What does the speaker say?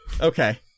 Okay